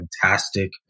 fantastic